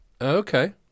Okay